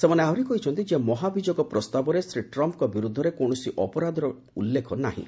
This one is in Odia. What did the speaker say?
ସେମାନେ ଆହୁରି କହିଛନ୍ତି ଯେ ମହାଭିଯୋଗ ପ୍ରସ୍ତାବରେ ଶ୍ରୀ ଟ୍ରମ୍ପ୍ଙ୍କ ବିରୁଦ୍ଧରେ କୌଣସି ଅପରାଧର କୌଣସି ଉଲ୍ଲେଖ ନାହିଁ